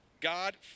God